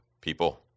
people